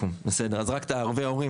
לגבי ערבי הורים,